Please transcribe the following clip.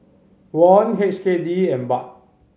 Won H K D and Baht